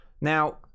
now